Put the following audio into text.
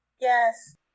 Yes